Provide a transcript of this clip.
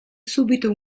subito